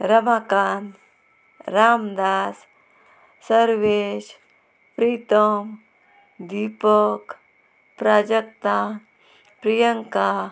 Ramakant Ramdas Sarvesh Pritam Deepak Prajakta Priyanka